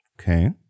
Okay